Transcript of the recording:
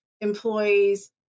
employees